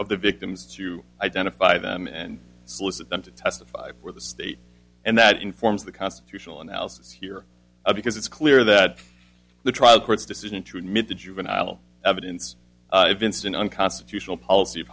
of the victims to identify them and solicit them to testify for the state and that informs the constitutional analysis here because it's clear that the trial court's decision to admit the juvenile evidence of instant unconstitutional policy of